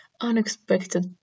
unexpected